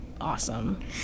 awesome